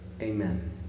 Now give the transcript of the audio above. Amen